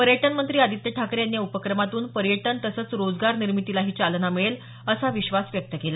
पर्यटन मंत्री आदित्य ठाकरे यांनी या उपक्रमातून पर्यटन तसंच रोजगार निर्मितीलाही चालना मिळेल असा विश्वास व्यक्त केला